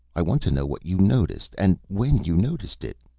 i want to know what you noticed and when you noticed it,